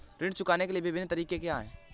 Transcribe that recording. ऋण चुकाने के विभिन्न तरीके क्या हैं?